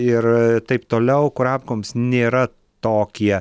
ir taip toliau kurapkoms nėra tokie